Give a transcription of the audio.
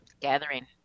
gathering